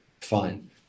Fine